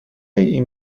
این